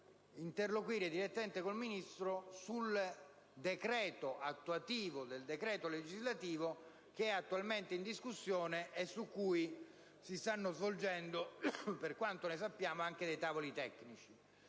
importante che nel decreto attuativo del decreto legislativo attualmente in discussione, su cui si stanno svolgendo, per quanto ne sappiamo, anche dei tavoli tecnici,